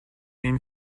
این